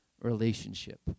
relationship